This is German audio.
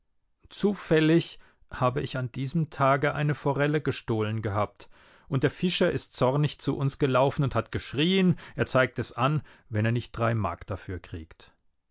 zufällig habe ich an diesem tage eine forelle gestohlen gehabt und der fischer ist zornig zu uns gelaufen und hat geschrien er zeigt es an wenn er nicht drei mark dafür kriegt